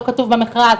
לא כתוב במכרז,